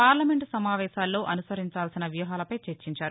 parliament సమావేశాల్లో అనుసరించాల్సిన వ్యూహాలపై చర్చించారు